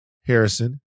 Harrison